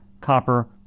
copper